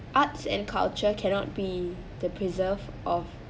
arts and culture cannot be the preserve of